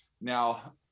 Now